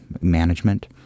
management